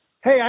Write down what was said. hey